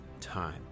time